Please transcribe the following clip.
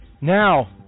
Now